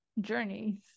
journeys